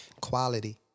quality